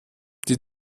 die